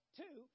two